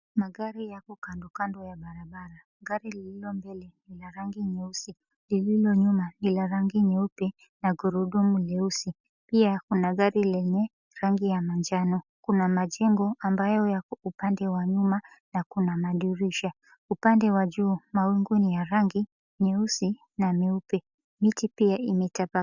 Magari yako kandokando ya barabara. Gari lililo mbele ni la rangi nyeusi, lililo nyuma ni la rangi nyeupe na gurudumu nyeusi. Pia kuna gari lenye rangi ya manjano. Kuna majengo ambayo yako upande wa nyuma na kuna madirisha. Upande wa juu mawingu ni ya rangi nyeusi na meupe. Miti pia imetawanyika.